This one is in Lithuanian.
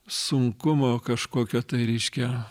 sunkumo kažkokio tai reiškia